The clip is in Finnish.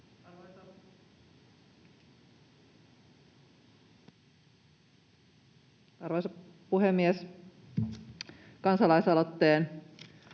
Arvoisa puhemies! Kansalaisaloitteen